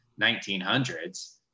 1900s